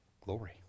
Glory